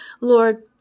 Lord